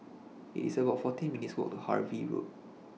It's about fourteen minutes' Walk to Harvey Road